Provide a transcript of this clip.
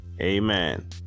Amen